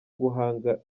guhanga